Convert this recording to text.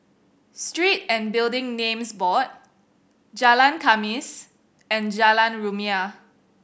Street and Building Names Board Jalan Khamis and Jalan Rumia